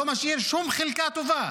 השר בן גביר לא משאיר שום חלקה טובה,